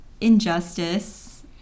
injustice